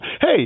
Hey